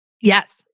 Yes